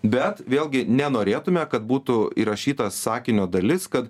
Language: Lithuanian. bet vėlgi nenorėtume kad būtų įrašyta sakinio dalis kad